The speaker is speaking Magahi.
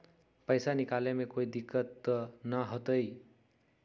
पैसा निकाले में कोई दिक्कत त न होतई?